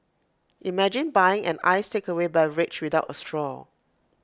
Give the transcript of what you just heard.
imagine buying an iced takeaway beverage without A straw